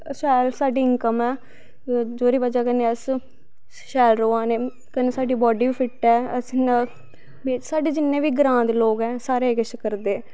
शैल साढ़ी इंकम ऐ जेह्दी बज़ह कन्नै अस शैल रवा ने कन्नै साढ़ी बी फिट ऐ अस इयां साढ़े जिन्ने बी ग्रांऽ दे लोग ऐं सारे इयै किश करदे